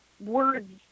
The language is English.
words